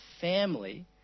family